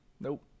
nope